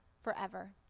forever